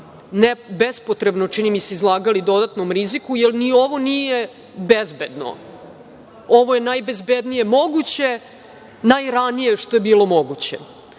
bi bespotrebno, čini mi se, izlagali dodatnom riziku, jer ni ovo nije bezbedno. Ovo je najbezbednije moguće, najranije što je bilo moguće. Tako